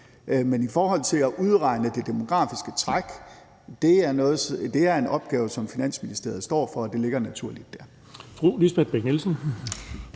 Men i forhold til at udregne det demografiske træk er det en opgave, som Finansministeriet står for, og det ligger naturligt der.